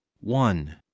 one